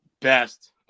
best